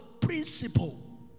principle